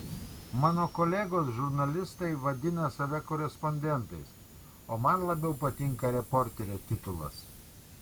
mano kolegos žurnalistai vadina save korespondentais o man labiau patinka reporterio titulas